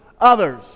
others